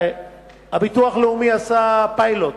הביטוח הלאומי עשה פיילוט